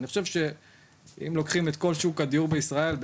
אני חושב שאם לוקחים את כל שוק הדיור בישראל,